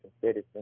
Citizen